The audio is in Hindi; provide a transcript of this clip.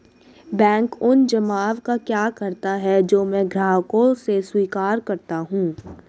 बैंक उन जमाव का क्या करता है जो मैं ग्राहकों से स्वीकार करता हूँ?